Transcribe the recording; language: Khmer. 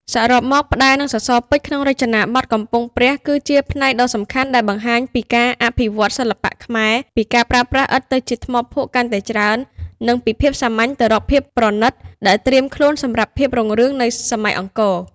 សរុបមក ផ្តែរ និងសសរពេជ្រ ក្នុងរចនាបថកំពង់ព្រះ គឺជាផ្នែកដ៏សំខាន់ដែលបង្ហាញពីការអភិវឌ្ឍន៍សិល្បៈខ្មែរ ពីការប្រើប្រាស់ឥដ្ឋទៅជាថ្មភក់កាន់តែច្រើន និងពីភាពសាមញ្ញទៅរកភាពប្រណិត ដែលត្រៀមខ្លួនសម្រាប់ភាពរុងរឿងនៃសម័យអង្គរ។